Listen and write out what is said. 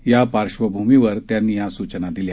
या पार्श्वभूमीवर त्यांनी या सूचना दिल्या